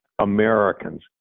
americans